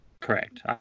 Correct